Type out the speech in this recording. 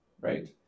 right